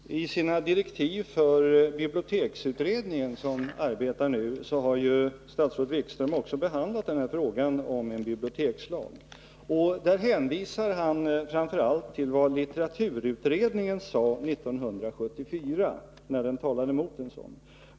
Herr talman! I sina direktiv till den biblioteksutredning som arbetar nu har ju statsrådet Wikström också behandlat frågan om en bibliotekslag. Han hänvisar framför allt till vad litteraturutredningen sade 1974, när den talade emot en sådan lag.